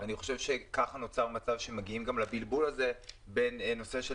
אני חושב שכך נוצר מצב שמגיעים גם לבלבול הזה בין נושא של